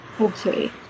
okay